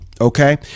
okay